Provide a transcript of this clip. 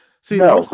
See